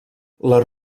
les